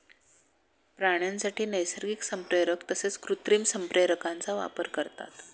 प्राण्यांसाठी नैसर्गिक संप्रेरक तसेच कृत्रिम संप्रेरकांचा वापर करतात